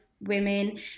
women